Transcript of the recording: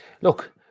Look